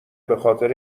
بخاطر